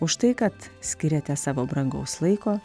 už tai kad skiriate savo brangaus laiko